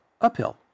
Uphill